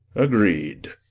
agreed.